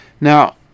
now